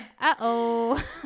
uh-oh